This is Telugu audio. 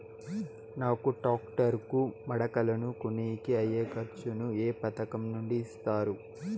నాకు టాక్టర్ కు మడకలను కొనేకి అయ్యే ఖర్చు ను ఏ పథకం నుండి ఇస్తారు?